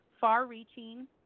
far-reaching